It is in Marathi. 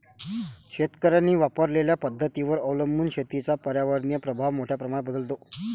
शेतकऱ्यांनी वापरलेल्या पद्धतींवर अवलंबून शेतीचा पर्यावरणीय प्रभाव मोठ्या प्रमाणात बदलतो